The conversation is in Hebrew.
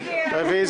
רוויזיה.